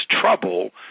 trouble